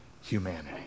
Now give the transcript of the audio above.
humanity